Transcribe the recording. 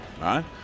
right